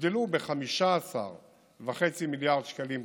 הוגדלו ב-15.5 מיליארד שקלים חדשים,